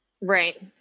Right